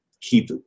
keep